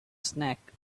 snack